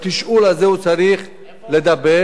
בתשאול הזה הוא צריך לדבר.